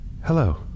Hello